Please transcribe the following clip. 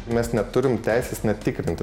mes neturim teisės netikrinti